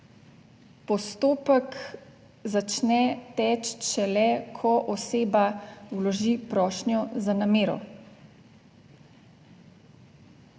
postopek začne teči šele, ko oseba vloži prošnjo za namero